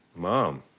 mom.